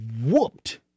whooped